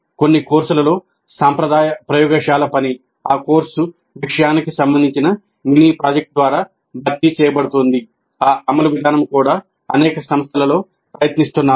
కొన్ని కోర్సులలో సాంప్రదాయ ప్రయోగశాల పని ఆ కోర్సు విషయానికి సంబంధించిన మినీ ప్రాజెక్ట్ ద్వారా భర్తీ చేయబడుతోంది ఆ అమలు విధానం కూడా అనేక సంస్థలలో ప్రయత్నిస్తున్నారు